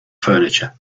furniture